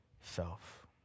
self